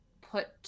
put